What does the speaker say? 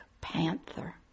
Panther